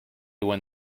when